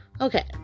okay